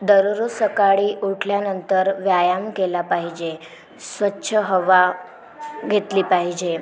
दररोज सकाळी उठल्यानंतर व्यायाम केला पाहिजे स्वच्छ हवा घेतली पाहिजे